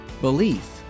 belief